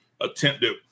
attempted